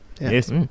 yes